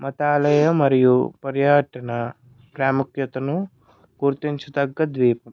మతాలయ మరియు పర్యాటన ప్రాముఖ్యతను గుర్తించి తగ్గ ద్వీపం